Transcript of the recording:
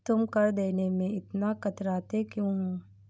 तुम कर देने में इतना कतराते क्यूँ हो?